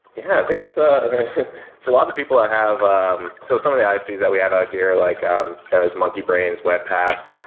yeah. i think it's a a lot of people that have so some of the ice piece that we have out here, like um there's monkeybrains, webpass.